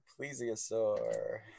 Plesiosaur